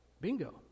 bingo